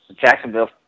Jacksonville